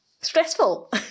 stressful